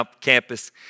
campus